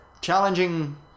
challenging